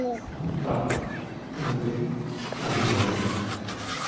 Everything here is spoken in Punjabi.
ਸਥਾਨ ਪ੍ਰਾਪਤ ਕਰਨ ਦੇ ਕਾਬਲ ਹੋਵੇਗਾ